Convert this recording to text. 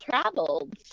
traveled